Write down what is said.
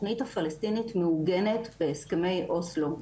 התכנית הפלסטינית מעוגנת בהסכמי אוסלו,